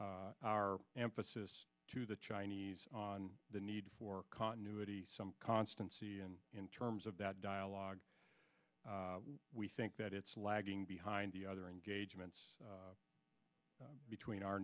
our emphasis to the chinese on the need for annuity some constancy and in terms of that dialogue we think that it's lagging behind the other engagements between our